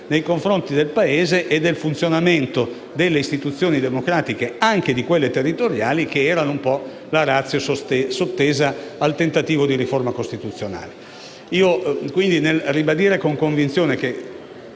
nei confronti del Paese e del funzionamento delle istituzioni democratiche, anche di quelle territoriali, che erano la *ratio* sottesa al tentativo di riforma costituzionale.